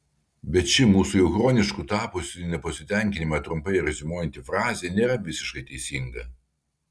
bet ši mūsų jau chronišku tapusį nepasitenkinimą trumpai reziumuojanti frazė nėra visiškai teisinga